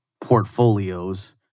portfolios